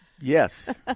Yes